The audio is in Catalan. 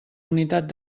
unitat